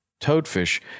toadfish